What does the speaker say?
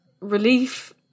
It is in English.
relief